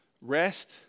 rest